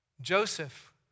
Joseph